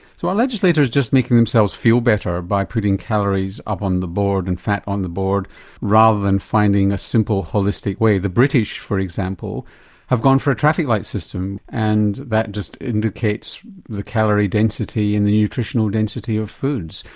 so are legislators just make themselves feel better by putting calories up on the board and fat on the board rather than finding a simple holistic way? the british for example have gone for a traffic light system and that just indicates the calorie density and the nutritional density of foods.